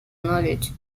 knowledge